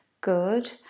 good